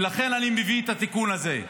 ולכן אני מביא את התיקון הזה.